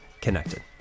connected